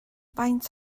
faint